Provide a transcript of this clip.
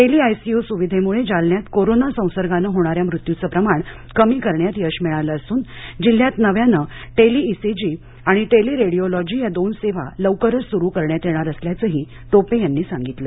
tele-ICU सुविधेमुळे जालन्यात corona संसर्गान होणाऱ्या मृत्यूचे प्रमाण कमी करण्यामध्ये यश मिळाले असून जिल्ह्यात नव्याने टेलिईसीजी आणि टेलिरेडीओलॉजी या दोन सेवा लवकरच सुरु करण्यात येणार असल्याचेही टोपे यांनी सांगितले